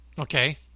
Okay